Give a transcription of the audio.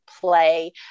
play